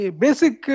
basic